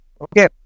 Okay